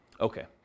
okay